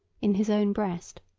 in his own breast.